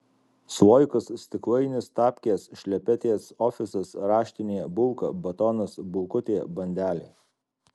sloikas stiklainis tapkės šlepetės ofisas raštinė bulka batonas bulkutė bandelė